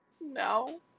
No